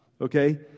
okay